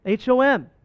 HOM